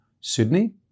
Sydney